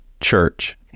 church